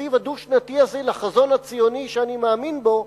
התקציב הדו-שנתי הזה לחזון הציוני שאני מאמין בו.